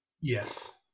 Yes